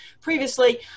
previously